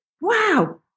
Wow